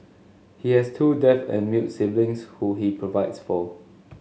he has two deaf and mute siblings who he provides for